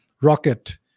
rocket